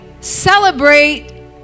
celebrate